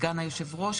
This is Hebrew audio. סגן היושב-ראש,